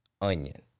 onion